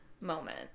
moment